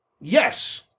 Yes